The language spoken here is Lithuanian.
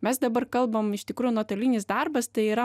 mes dabar kalbam iš tikrųjų nuotolinis darbas tai yra